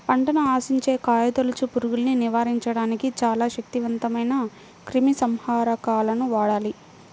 పంటను ఆశించే కాయతొలుచు పురుగుల్ని నివారించడానికి చాలా శక్తివంతమైన క్రిమిసంహారకాలను వాడాలి